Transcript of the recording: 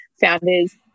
Founders